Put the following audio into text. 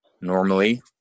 normally